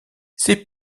ses